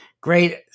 great